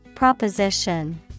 Proposition